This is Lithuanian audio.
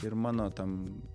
ir mano tam